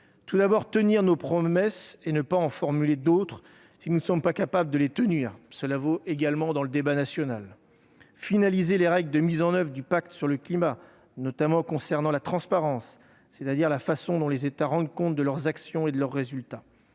de tenir nos promesses et de ne pas en formuler d'autres si nous ne sommes pas capables de les tenir- cela vaut également pour le débat national. De plus, il faut finaliser les règles de mise en oeuvre du pacte sur le climat, notamment au sujet de la transparence, c'est-à-dire la façon dont les États rendent compte de leurs actions et de leurs résultats.